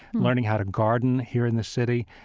learning how to garden here in the city,